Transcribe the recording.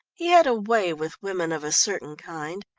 he had a way with women of a certain kind,